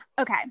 Okay